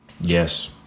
Yes